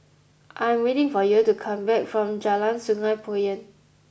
I am waiting for Yael to come back from Jalan Sungei Poyan